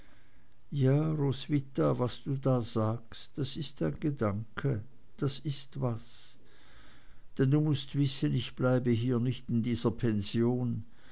ja roswitha was du da sagst das ist ein gedanke das ist was denn du mußt wissen ich bleibe hier nicht in dieser pension